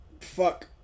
Fuck